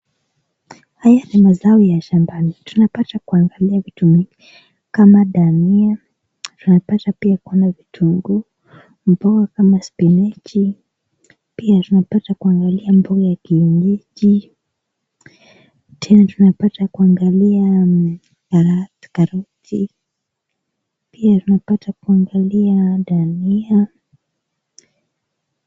Haya zao ya shambani. Tunapata kuangalia vitu mingi. Kama dania. Tunapata pia kuona vitunguu. Mboga kama spinach. Pia tunapata kuangalia mboga ya kienyeji. Tena tunapata kuangalia karoti. Pia tunapata kuangalia dania.